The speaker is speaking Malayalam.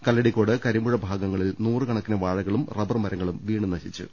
കല്ലടിക്കോട് കരിമ്പുഴ ഭാഗങ്ങളിൽ നൂറുകണക്കിന് വാഴകളും റബ്ബർമരങ്ങളും വീണു നശിച്ചു